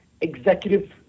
executive